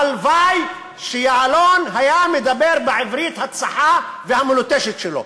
הלוואי שיעלון היה מדבר בעברית הצחה והמלוטשת שלו.